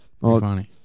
Funny